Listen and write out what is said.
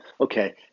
Okay